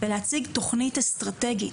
להציג תכנית אסטרטגית.